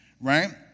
right